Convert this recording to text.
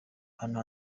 ahantu